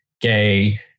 gay